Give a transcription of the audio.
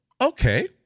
okay –